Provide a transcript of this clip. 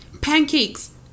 pancakes